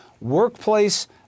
workplace